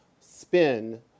spin